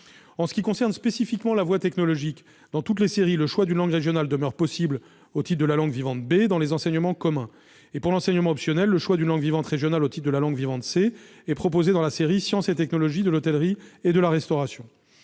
En ce qui concerne spécifiquement la voie technologique, dans toutes les séries, le choix d'une langue régionale demeure possible au titre de la langue vivante B dans les enseignements communs. Pour l'enseignement optionnel, le choix d'une langue vivante régionale au titre de la langue vivante C est proposé dans la série « Sciences et technologies de l'hôtellerie et de la restauration »,